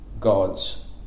God's